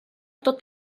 tot